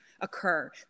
occur